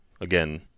again